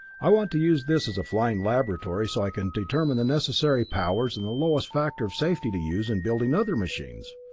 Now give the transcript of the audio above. i want to use this as a flying laboratory so i can determine the necessary powers and the lowest factor of safety to use in building other machines.